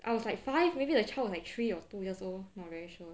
I was like five maybe the child was like three or two years old not very sure